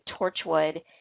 Torchwood